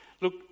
Look